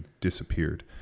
disappeared